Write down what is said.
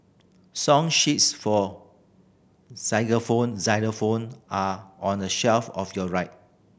song sheets for xylophone xylophone are on the shelf of your right